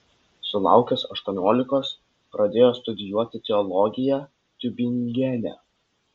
sulaukęs aštuoniolikos pradėjo studijuoti teologiją tiubingene